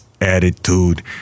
attitude